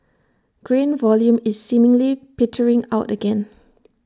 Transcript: grain volume is seemingly petering out again